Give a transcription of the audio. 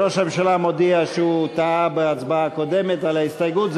ראש הממשלה מודיע שהוא טעה בהצבעה הקודמת על ההסתייגות.